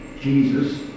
Jesus